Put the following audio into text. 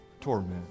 torment